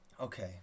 Okay